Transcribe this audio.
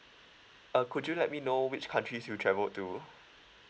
uh could you let me know which countries you travelled to